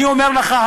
אני אומר לך,